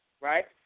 right